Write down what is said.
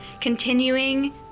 continuing